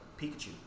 Pikachu